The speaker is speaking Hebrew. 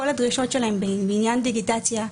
כל הדרישות שלהן בעניין דיגיטציה,